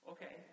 Okay